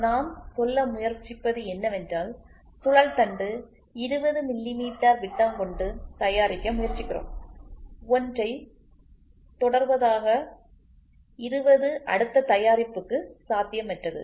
எனவே நாம் சொல்ல முயற்சிப்பது என்னவென்றால் சுழல் தண்டு 20 மில்லிமீட்டர் விட்டம் கொண்டு தயாரிக்க முயற்சிக்கிறோம் ஒன்றை தொடர்வதாக 20 அடுத்த தயாரிப்புக்கு சாத்தியமற்றது